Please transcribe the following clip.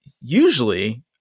usually